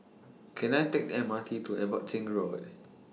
Can I Take The M R T to Abbotsingh Road